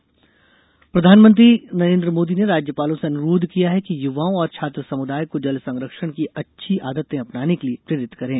राज्यपाल सम्मेलन प्रधानमंत्री नरेन्द्र मोदी ने राज्यपालों से अनुरोध किया है कि युवाओं और छात्र समुदाय को जल सरक्षण की अच्छी आदतें अपनाने के लिए प्रेरित करें